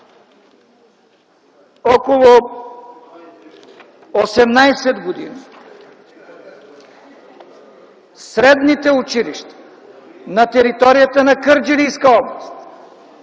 около 18 години средните училища на територията на Кърджалийска област,